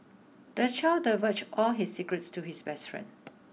the child divulged all his secrets to his best friend